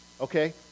Okay